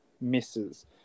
misses